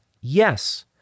Yes